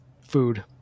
food